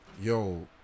yo